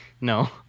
no